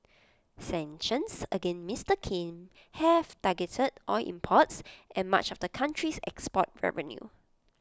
sanctions against Mister Kim have targeted oil imports and much of the country's export revenue